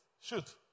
shoot